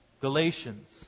Galatians